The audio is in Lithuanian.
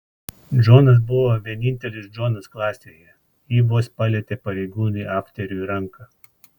džonas buvo vienintelis džonas klasėje ji vos palietė pareigūnui afteriui ranką